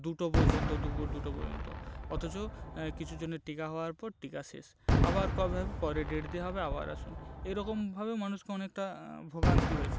দুটো পর্যন্ত দুপুর দুটো পর্যন্ত অথচ কিছুজনের টিকা হওয়ার পর টিকা শেষ আবার কবে হবে পরে ডেট দেওয়া হবে আবার আসুন এরকমভাবে মানুষকে অনেকটা ভোগান্তি হয়েছে